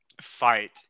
fight